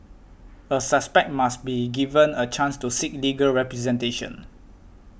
a suspect must be given a chance to seek legal representation